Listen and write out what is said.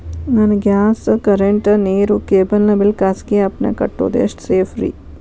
ನನ್ನ gas current, ನೇರು, cable ನ ಬಿಲ್ ಖಾಸಗಿ ಆ್ಯಪ್ ನ್ಯಾಗ್ ಕಟ್ಟೋದು ಎಷ್ಟು ಸೇಫ್ರಿ?